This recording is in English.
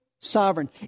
sovereign